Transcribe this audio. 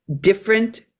different